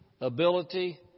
ability